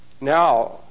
Now